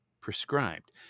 prescribed